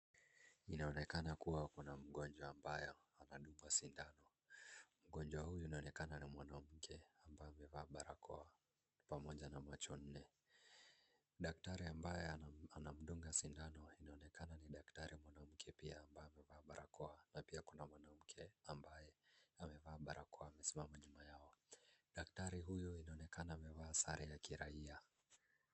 Inaonekana kwamba kuna mgonjwa ambayoanandungwa sindano, mgonjwa huyu anaonekana ni mwanamke ambaye amevaa barakoa pamoja na macho nne, daktari ambaye anamdunga sindano inaonekana ni daktari mwanamke pia ambaye amevaa barakoa na pia kuna mwanamke ambaye amevaa barakoa amesimama nyuma yao daktari huyu inaonekana amevaa sare ya kiraiya.